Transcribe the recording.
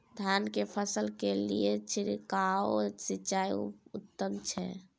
धान की फसल के लिये छिरकाव सिंचाई उत्तम छै?